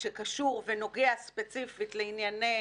אתחיל ואומר,